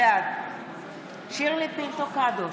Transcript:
בעד שירלי פינטו קדוש,